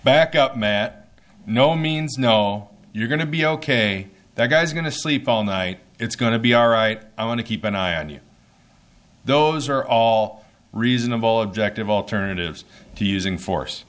back up met no means no you're going to be ok that guy's going to sleep all night it's going to be all right i want to keep an eye on you those are all reasonable objective alternatives to using force